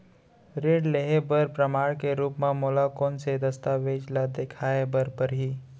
ऋण लिहे बर प्रमाण के रूप मा मोला कोन से दस्तावेज ला देखाय बर परही?